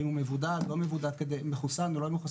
האם הוא מחוסן או לא מחוסן,